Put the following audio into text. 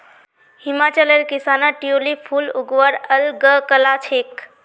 हिमाचलेर किसानत ट्यूलिप फूल उगव्वार अल ग कला छेक